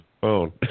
phone